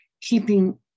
keeping